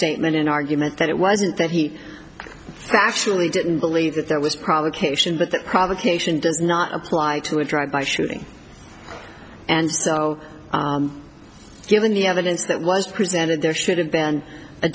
statement in argument that it wasn't that he actually didn't believe that there was probably cation but that provocation does not apply to a drive by shooting and so given the evidence that was presented there should have been a